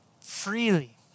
freely